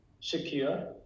secure